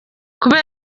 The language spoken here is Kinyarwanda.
kubera